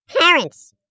parents